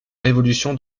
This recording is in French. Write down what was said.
révolution